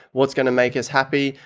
what's going to make us happy?